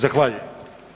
Zahvaljujem.